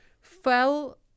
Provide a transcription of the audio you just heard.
fell